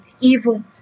evil